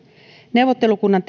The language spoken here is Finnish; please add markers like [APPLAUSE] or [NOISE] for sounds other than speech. neuvottelukunnan [UNINTELLIGIBLE]